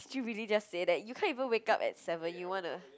did you really just say that you can't even wake up at seven you wanna